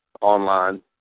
online